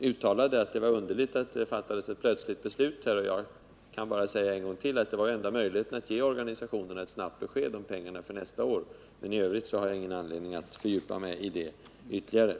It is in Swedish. uttalade att det var underligt att det plötsligt fattades ett beslut. Jag kan bara upprepa att det var den enda möjligheten att ge organisationerna ett snabbt besked om pengarna för nästa år. I övrigt har jag ingen anledning att fördjupa mig i saken ytterligare.